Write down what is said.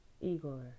Igor